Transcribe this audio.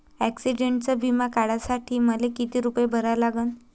ॲक्सिडंटचा बिमा काढा साठी मले किती रूपे भरा लागन?